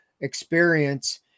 experience